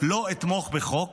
לא אתמוך בחוק